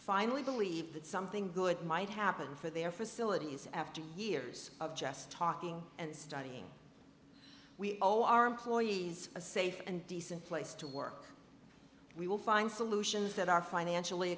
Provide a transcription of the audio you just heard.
finally believe that something good might happen for their facilities after years of just talking and studying we owe our employees a safe and decent place to work we will find solutions that are financially